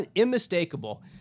unmistakable